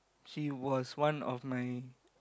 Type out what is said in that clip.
he was one of my